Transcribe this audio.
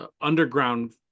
underground